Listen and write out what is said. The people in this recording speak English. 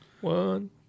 One